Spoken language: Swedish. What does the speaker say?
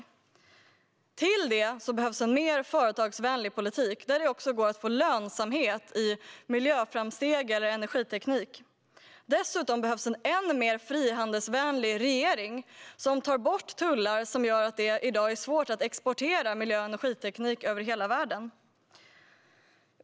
Därutöver behövs en mer företagsvänlig politik, där det går att få lönsamhet i miljöframsteg eller energiteknik. Dessutom behövs en än mer frihandelsvänlig regering, som tar bort tullar som gör att det i dag är svårt att exportera miljö och energiteknik över hela världen.